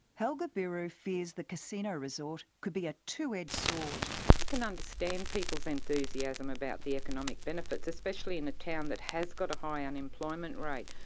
helga biro fears the casino resort could be a two-edged sword. i can understand people's enthusiasm about the economic benefits, especially in a town that has got a high unemployment rate.